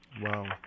Wow